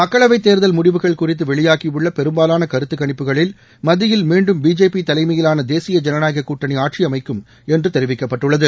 மக்களவை தேர்தல் முடிவுகள் குறித்து வெளியாகியுள்ள பெரும்பாலான கருத்து கணிப்புகளில் மத்தியில் மீண்டும் பிஜேபி தலைமையிலான தேசிய ஜனநாயக கூட்டணி ஆட்சி அமைக்கும் என தெரிவிக்கப்பட்டுள்ளது